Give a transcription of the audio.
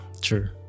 True